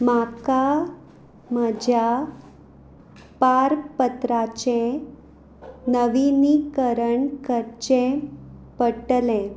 म्हाका म्हज्या पारपत्राचें नविनीकरण करचें पडटलें